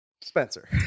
Spencer